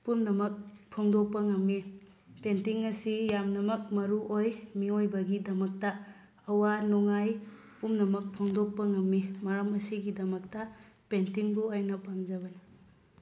ꯄꯨꯝꯅꯃꯛ ꯐꯣꯡꯗꯣꯛꯄ ꯉꯝꯃꯤ ꯄꯦꯟꯇꯤꯡ ꯑꯁꯤ ꯌꯥꯝꯅꯃꯛ ꯃꯔꯨ ꯑꯣꯏ ꯃꯤꯌꯣꯏꯕꯒꯤꯗꯃꯛꯇ ꯑꯋꯥ ꯅꯨꯡꯉꯥꯏ ꯄꯨꯝꯅꯃꯛ ꯐꯣꯡꯗꯣꯛꯄ ꯉꯝꯃꯤ ꯃꯔꯝ ꯑꯁꯤꯒꯤꯗꯃꯛꯇ ꯄꯦꯟꯇꯤꯡꯕꯨ ꯑꯩꯅ ꯄꯥꯝꯖꯕꯅꯤ